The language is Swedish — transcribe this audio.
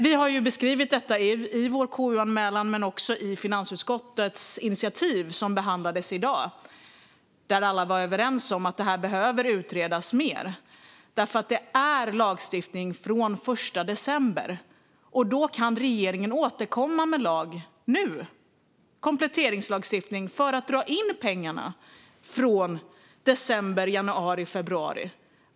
Vi har beskrivit detta i vår KU-anmälan men också i finansutskottets initiativ, som behandlades i dag. Där var alla överens om att det behöver utredas mer. Det är lagstiftning från den 1 december. Då kan regeringen nu återkomma med lag, kompletteringslagstiftning, för att dra in pengarna från december, januari och februari.